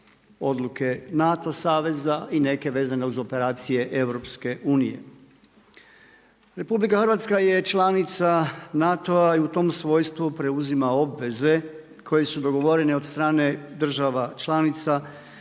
odluke NATO saveza i neke vezane uz operacije EU-a. RH je članica NATO-a, i u tom svojstvu preuzima obveze koje su dogovorene od strane država članica